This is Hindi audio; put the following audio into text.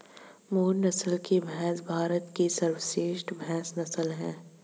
मुर्रा नस्ल की भैंस भारत की सर्वश्रेष्ठ भैंस नस्ल है